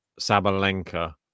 Sabalenka